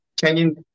changing